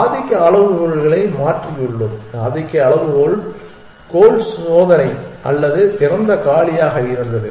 ஆதிக்க அளவுகோல்களை மாற்றியுள்ளோம் ஆதிக்க அளவுகோல் கோல் சோதனை அல்லது திறந்த காலியாக இருந்தது